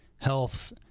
health